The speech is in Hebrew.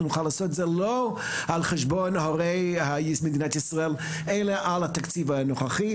לעשות את זה על חשבון ההורים אלא על חשבון התקציב הנוכחי.